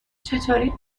چطوری